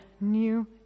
new